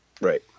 right